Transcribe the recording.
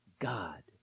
God